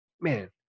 Man